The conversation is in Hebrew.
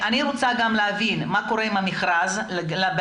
אני רוצה גם להבין מה קורה עם המכרז ולמה